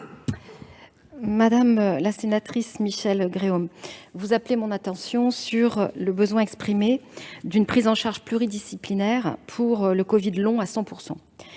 Madame la sénatrice Michelle Gréaume, vous appelez mon attention sur le besoin exprimé d'une prise en charge pluridisciplinaire du covid long à 100 %.